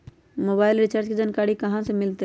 Mobile recharge के जानकारी कहा से मिलतै?